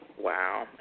Wow